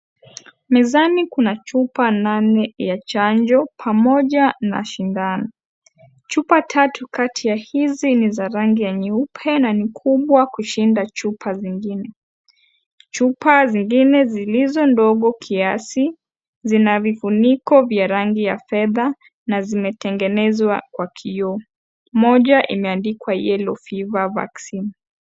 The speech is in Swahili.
Mezani kuna chupa nane ya chanjo pamoja na shindano. Chupa tatu kati ya hizi niza rangi ya nyeupe nanikubwa kushinda zingine. Chupa zingine zilizondogo kiasi zinavifuniko za rangi ya fedha nazimetengenezwa kwa kioo. Moja imeandikwa Yellow Fever Vaccine .